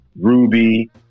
ruby